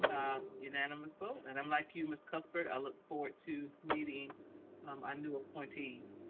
unanimous vote. and i'm like you, ms. cuthbert. i look forward to meeting um i new appointees.